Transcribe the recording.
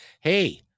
Hey